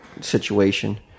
situation